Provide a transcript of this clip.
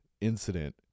incident